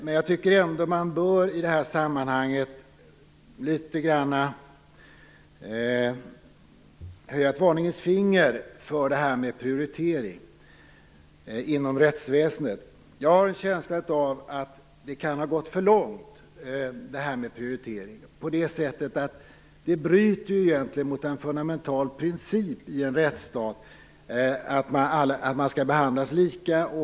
Men jag tycker ändå att man i det här sammanhanget bör höja ett varningens finger för det här med prioritering inom rättsväsendet. Jag har en känsla av att det här kan ha gått för långt, för det bryter egentligen mot en fundamental princip i en rättsstat: att man skall behandlas lika.